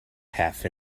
half